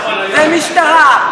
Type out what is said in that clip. ומשטרה,